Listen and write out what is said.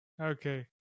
Okay